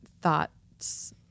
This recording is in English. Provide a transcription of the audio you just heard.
thoughts